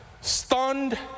stunned